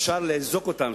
אפשר לאזוק אותם,